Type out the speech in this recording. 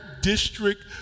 district